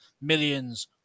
millions